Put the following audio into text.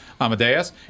Amadeus